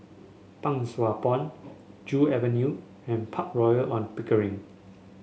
Pang Sua Pond Joo Avenue and Park Royal On Pickering